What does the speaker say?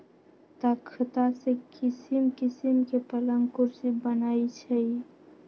तकख्ता से किशिम किशीम के पलंग कुर्सी बनए छइ